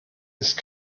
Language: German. ist